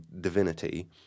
divinity